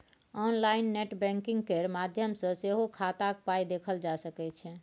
online net banking केर माध्यम सँ सेहो खाताक पाइ देखल जा सकै छै